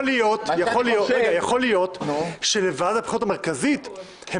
יכול להיות שבוועדת הבחירות המרכזית הם